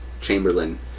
Chamberlain